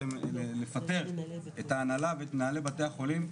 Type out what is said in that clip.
לפטר את ההנהלה ואת מנהלי בתי החולים.